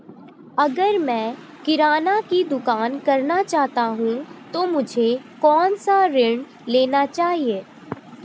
अगर मैं किराना की दुकान करना चाहता हूं तो मुझे कौनसा ऋण लेना चाहिए?